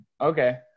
Okay